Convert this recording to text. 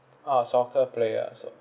ah soccer player also